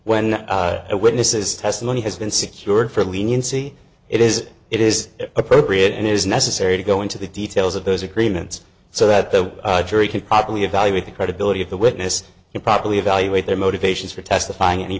when witnesses testimony has been secured for leniency it is it is appropriate and it is necessary to go into the details of those agreements so that the jury can properly evaluate the credibility of the witness and properly evaluate their motivations for testifying any